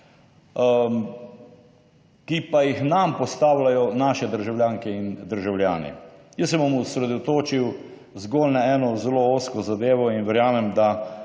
ki pa jih nam postavljajo naše državljanke in državljani. Jaz se bom osredotočil zgolj na eno zelo ozko zadevo in verjamem, da